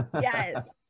Yes